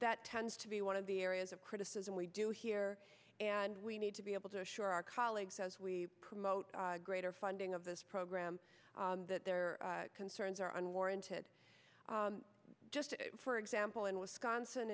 that tends to be one of the areas of criticism we do hear and we need to be able to assure our colleagues as we promote greater funding of this program that their concerns are unwarranted just for example in wisconsin